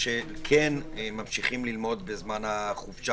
כשטיפול רפואי ניתן על ידי מטפל לפי חוק זכויות החולה,